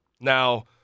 Now –